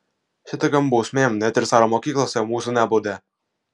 šitokiom bausmėm net ir caro mokyklose mūsų nebaudė